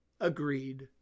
agreed